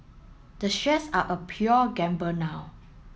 the shares are a pure gamble now